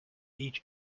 each